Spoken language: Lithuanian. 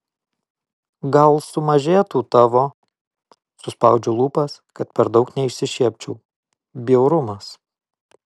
gal sumažėtų tavo suspaudžiu lūpas kad per daug neišsišiepčiau bjaurumas